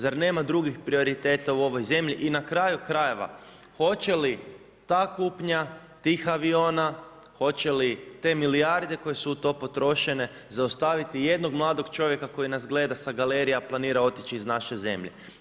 Zar nema drugih prioriteta u ovoj zemlji i na kraju krajeva, hoće li ta kupnja tih aviona, hoće li te milijarde koje su u to potrošene zaustaviti i jednog mladog čovjeka koji nas gleda sa galerije, a planira otići iz naše zemlje?